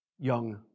young